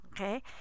Okay